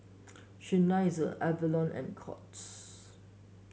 Seinheiser Avalon and Courts